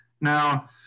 now